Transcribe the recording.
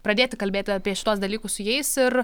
pradėti kalbėti apie šituos dalykus su jais ir